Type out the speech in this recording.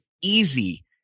easy